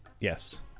Yes